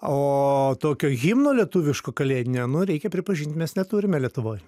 o tokio himno lietuviško kalėdinio nu reikia pripažint mes neturime lietuvoj